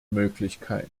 möglichkeit